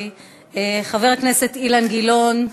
חבר הכנסת אילן גילאון,